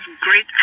great